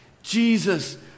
Jesus